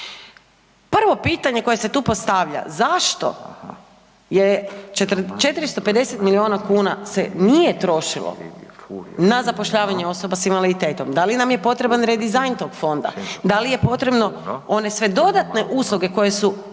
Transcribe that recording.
Prvo pitanje koje se tu postavlja, zašto je 450 milijuna kuna se nije trošilo na zapošljavanje osoba s invaliditetom? Da li nam je potreban redizajn tog fonda, da li je potrebno one sve dodatne usluge koje su